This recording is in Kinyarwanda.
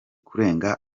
kurenga